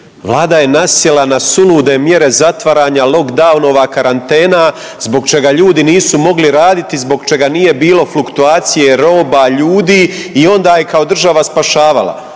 Vlada je nasjela na sulude mjere zatvaranja lockdowna i karantena zbog čega ljudi nisu mogli raditi, zbog čega nije bilo fluktuacije roba i ljudi i onda je kao država spašavala.